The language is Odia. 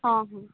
ହଁ ହଁ